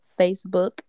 Facebook